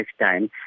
lifetime